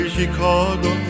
Chicago